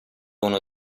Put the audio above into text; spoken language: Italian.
uno